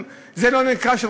זה לא נקרא העדפה של נשים?